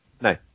No